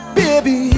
baby